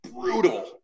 brutal